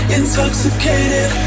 intoxicated